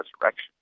resurrection